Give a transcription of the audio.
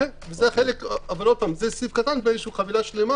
אבל זה סעיף קטן בחבילה שלמה